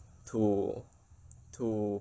to to